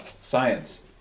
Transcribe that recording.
Science